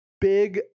big